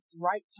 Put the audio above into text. right